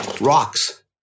rocks